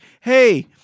hey